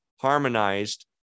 harmonized